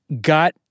got